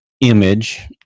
image